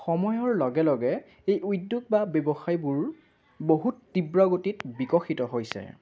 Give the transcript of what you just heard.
সময়ৰ লগে লগে এই উদ্যোগ বা ব্যৱসায়ীবোৰ বহুত তীব্ৰ গতিত বিকশিত হৈছে